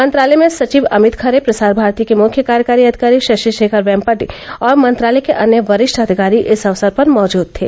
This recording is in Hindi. मंत्रालय में सचिव अमित खरे प्रसार भारती के मुख्य कार्यकारी अधिकारी शशिशेखर वेम्पटि और मंत्रालय के अन्य वरिष्ठ अधिकारी इस अवसर पर मौजूद थे